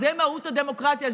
זו מהות הדמוקרטיה,